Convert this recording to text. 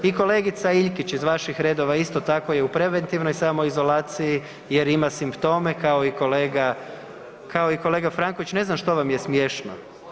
I kolegica Iljkić iz vaših redova je isto tako je u preventivnoj samoizolaciji jer ima simptome kao i kolega Franković, ne znam što vam je smiješno.